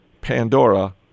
Pandora